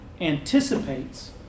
anticipates